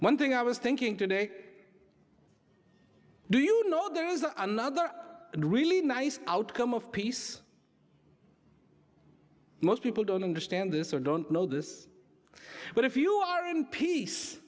one thing i was thinking today do you know there is another really nice outcome of peace most people don't understand this or don't know this but if you